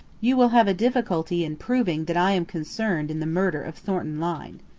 you will have a difficulty in proving that i am concerned in the murder of thornton lyne.